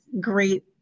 great